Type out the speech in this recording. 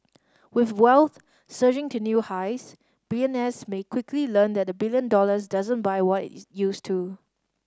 with wealth surging to new highs billionaires may quickly learn that a billion dollars doesn't buy what is used to